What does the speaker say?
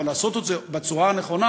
אבל לעשות את זה בצורה הנכונה,